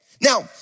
Now